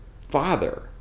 father